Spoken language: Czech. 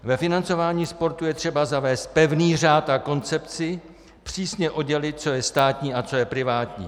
Ve financování sportu je třeba zavést pevný řád a koncepci, přísně oddělit, co je státní a co je privátní.